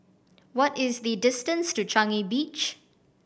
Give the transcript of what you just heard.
what is the distance to Changi Beach